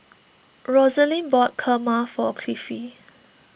Roselyn bought Kurma for Cliffie